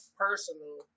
personal